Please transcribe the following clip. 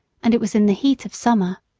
and it was in the heat of summer.